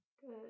Good